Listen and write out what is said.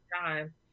time